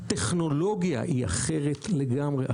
הטכנולוגיה היא אחרת לגמרי.